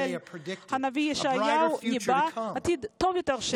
הנביא ישעיהו ניבא עתיד טוב יותר.